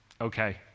okay